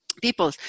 people